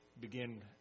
begin